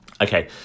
okay